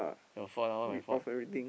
your fault not my fault